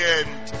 end